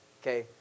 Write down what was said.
Okay